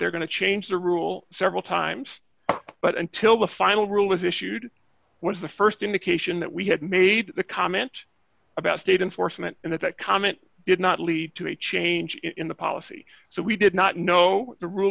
they're going to change the rule several times but until the final rule is issued what's the st indication that we had made the comment about state in forstmann and that that comment did not lead to a change in the policy so we did not know the rule